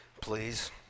please